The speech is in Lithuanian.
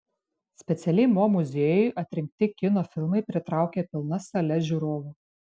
specialiai mo muziejui atrinkti kino filmai pritraukia pilnas sales žiūrovų